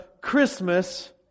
Christmas